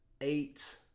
eight